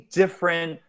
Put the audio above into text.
different